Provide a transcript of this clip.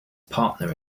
partner